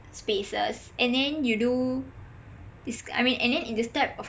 spaces and then you do is I mean and then in this type of